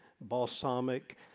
balsamic